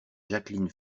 jacqueline